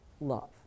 love